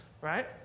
right